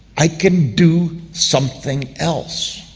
i can do something else.